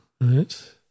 right